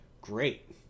great